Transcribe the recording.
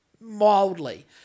Mildly